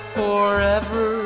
forever